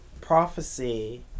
prophecy